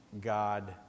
God